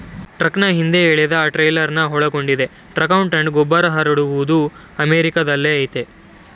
ಟ್ರಾಕ್ಟರ್ನ ಹಿಂದೆ ಎಳೆದಟ್ರೇಲರ್ನ ಒಳಗೊಂಡಿದೆ ಟ್ರಕ್ಮೌಂಟೆಡ್ ಗೊಬ್ಬರಹರಡೋದು ಅಮೆರಿಕಾದಲ್ಲಯತೆ